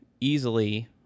easily